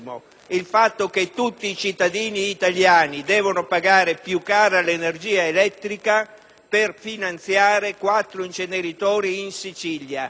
il fatto che tutti i cittadini italiani devono pagare più cara l'energia elettrica per finanziare quattro inceneritori in Sicilia.